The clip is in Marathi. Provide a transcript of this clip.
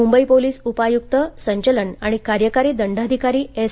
मुंबई पोलीस उपआयुक्त संचलन आणि कार्यकारी दंडाधिकारी एस